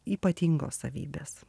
ypatingos savybės